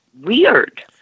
Weird